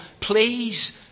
Please